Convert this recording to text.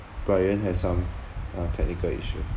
brian had some uh technical issue